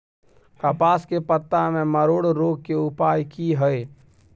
कपास के पत्ता में मरोड़ रोग के उपाय की हय?